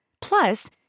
Plus